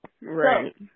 Right